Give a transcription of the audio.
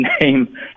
name